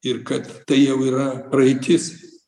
ir kad tai jau yra praeitis